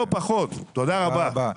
תודה רבה.